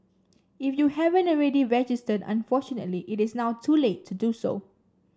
if you haven't already registered unfortunately it is now too late to do so